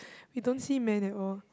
you don't see man at all